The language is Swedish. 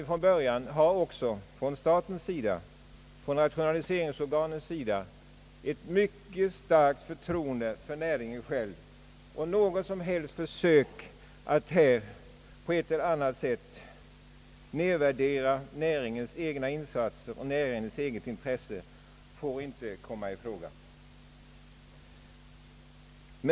Därför måste även staten och rationaliseringsorganen från början ha ett mycket starkt förtroende för näringen själv, och några som helst försök att på ett eller annat sätt nedvärdera näringens egna insatser och intresse får inte komma i fråga.